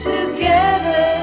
Together